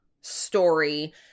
story